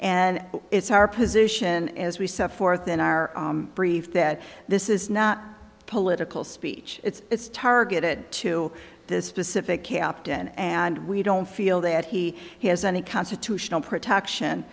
and it's our position as we set forth in our brief that this is not political speech it's targeted to this specific captain and we don't feel that he has any constitutional protection